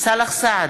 סאלח סעד,